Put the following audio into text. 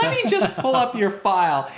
let me just pull up your file.